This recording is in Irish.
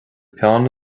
peann